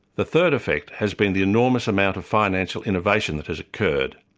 the third effect has been the enormous amount of financial innovation that has occurred.